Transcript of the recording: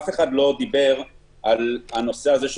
אף אחד לא דיבר על מכסה.